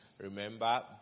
remember